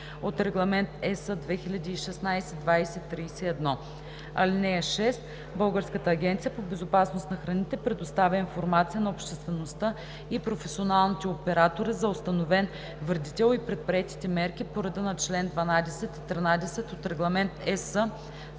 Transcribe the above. от Регламент (EС) 2016/2031. (6) Българската агенция по безопасност на храните предоставя информация на обществеността и професионалните оператори за установен вредител и предприетите мерки по реда на чл. 12 и 13 от Регламент (EС)